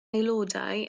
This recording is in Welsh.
aelodau